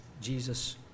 Jesus